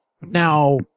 Now